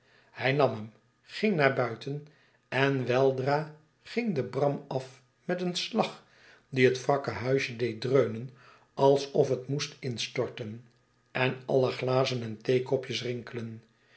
hij nam hem ging naar buiten en weldra ging de bram af met een slag die het wrakke huisje deed dreunen alsof het moest instorten en alle glazen en theekopjes rinkelen